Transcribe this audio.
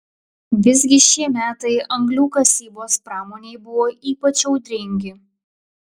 visgi šie metai anglių kasybos pramonei buvo ypač audringi